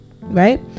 right